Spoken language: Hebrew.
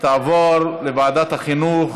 ותעבור לוועדת החינוך